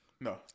No